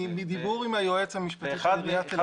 מדיבור עם היועץ המשפטי של עיריית תל אביב --- אחד